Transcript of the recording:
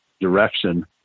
direction